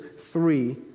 three